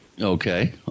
Okay